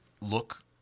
look